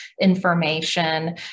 information